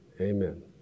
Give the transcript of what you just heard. Amen